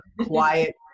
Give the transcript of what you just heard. quiet